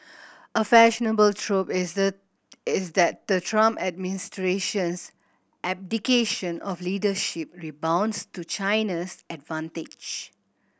a fashionable trope is the is that the Trump administration's abdication of leadership rebounds to China's advantage